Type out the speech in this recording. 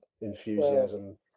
enthusiasm